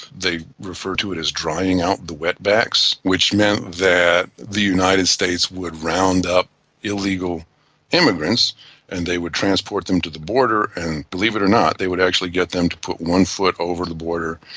they referred to it as drying out the wetbacks, which meant that the united states would round up illegal immigrants and they would transport them to the border and, believe it or not, they would actually get them to put one foot over the border,